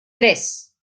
tres